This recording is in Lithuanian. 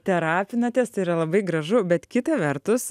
terapinatės tai yra labai gražu bet kita vertus